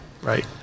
Right